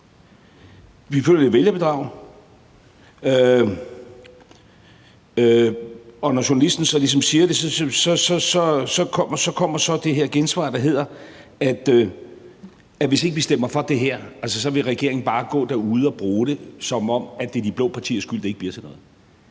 man føler, det er vælgerbedrag, og når journalisten så ligesom siger det, så kommer så det her gensvar, der hedder, at hvis ikke man stemmer for det her, vil regeringen bare gå derude og bruge det, som om det er de blå partiers skyld, at det ikke bliver til noget.